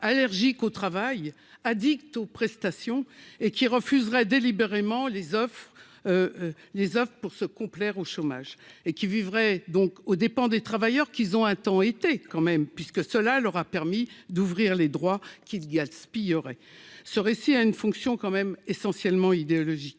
allergique au travail addict aux prestations et qui refuseraient délibérément les offres, les Oeuvres pour se complaire au chômage et qui vivrait donc aux dépens des travailleurs qu'ils ont un temps été quand même puisque cela leur a permis d'ouvrir les droits qu'gaspillent aurait ce récit a une fonction quand même essentiellement idéologique